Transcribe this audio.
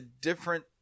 different